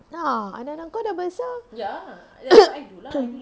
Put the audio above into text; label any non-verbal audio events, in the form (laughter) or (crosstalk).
anak-anak kau dah besar (coughs)